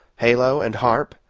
halo, and harp,